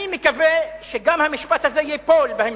אני מקווה שגם המשפט הזה ייפול, בהמשך,